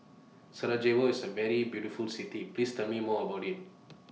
Sarajevo IS A very beautiful City Please Tell Me More about IT